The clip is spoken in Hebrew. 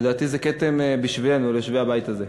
לדעתי זה כתם בשבילנו, יושבי הבית הזה.